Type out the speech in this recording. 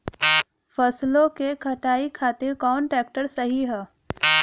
फसलों के कटाई खातिर कौन ट्रैक्टर सही ह?